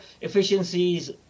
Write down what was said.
efficiencies